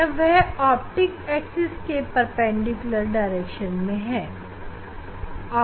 जब वह optic axis के परपेंडिकुलर दिशा में तब O ray की गति e ray से कम है